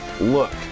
look